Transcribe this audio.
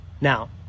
Now